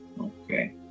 Okay